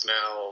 now